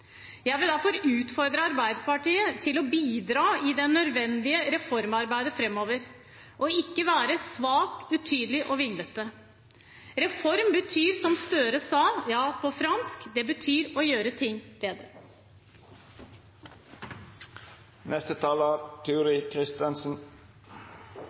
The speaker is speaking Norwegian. Jeg vil derfor utfordre Arbeiderpartiet til å bidra i det nødvendige reformarbeidet framover og ikke være svake, utydelige og vinglete. Reform betyr – som Gahr Støre sa på fransk – å gjøre ting bedre.